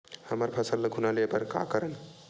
हमर फसल ल घुना ले बर का करन?